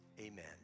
amen